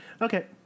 Okay